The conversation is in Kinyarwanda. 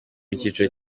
icyiciro